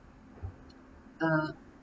uh